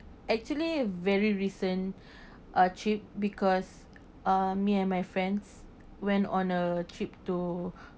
actually very recent a trip because uh me and my friends went on a trip to